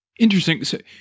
Interesting